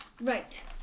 Right